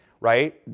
right